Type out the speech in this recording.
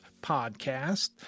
podcast